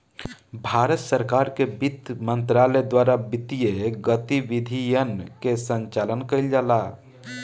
भारत सरकार के बित्त मंत्रालय द्वारा वित्तीय गतिविधियन के संचालन कईल जाला